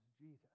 Jesus